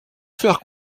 faire